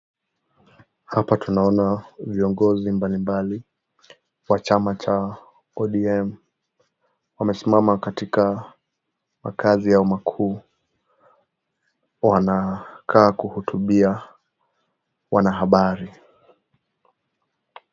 Hapa tunaona viongozi mbali mbali wa chama cha ODM, wamesimama katika makaazi yao makuu wanakaa kuhutubia wanahabari.